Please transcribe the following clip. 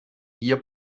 hier